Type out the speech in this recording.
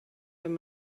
wenn